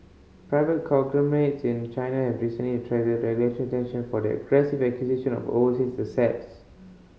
private conglomerates in China have recently attracted regulatory attention for their aggressive acquisition of overseas assets